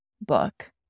book